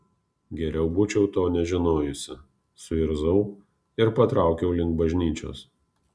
geriau būčiau to nežinojusi suirzau ir patraukiau link bažnyčios